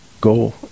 go